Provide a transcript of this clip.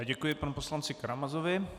Děkuji panu poslanci Karamazovi.